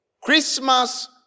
Christmas